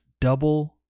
double